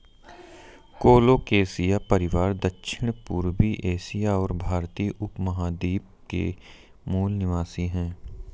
colocasia परिवार दक्षिणपूर्वी Asia और भारतीय उपमहाद्वीप के मूल निवासी है